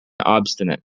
obstinate